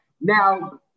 Now